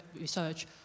research